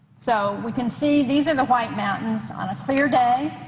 so we can see these are the white mountains on a clear day,